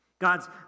God's